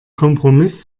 kompromiss